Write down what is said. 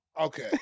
Okay